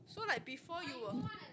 so like before you're